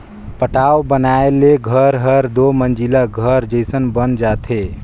पटाव बनाए ले घर हर दुमंजिला घर जयसन बन जाथे